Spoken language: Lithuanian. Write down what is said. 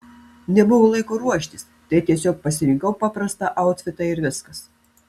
nebuvo laiko ruoštis tai tiesiog pasirinkau paprastą autfitą ir viskas